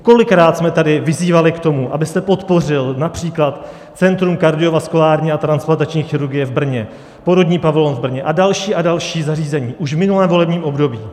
Kolikrát jsme tady vyzývali k tomu, abyste podpořil například Centrum kardiovaskulární a transplantační chirurgie v Brně, porodní pavilon v Brně a další a další zařízení, už v minulém volebním období.